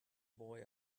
boy